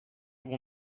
will